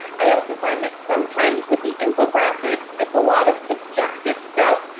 i also find that sometimes with the infographics it's a lot of subjective stuff,